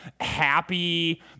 happy